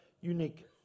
unique